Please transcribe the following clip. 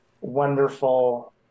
wonderful